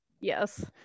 Yes